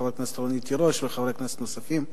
חברת הכנסת רונית תירוש וחברי כנסת נוספים,